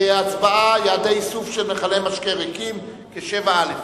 הצבעה על יעדי איסוף של מכלי משקה ריקים, כ-7א.